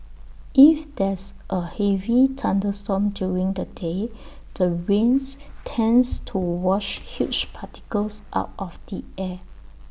if there's A heavy thunderstorm during the day the rains tends to wash huge particles out of the air